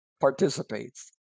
participates